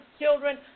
children